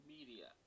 Media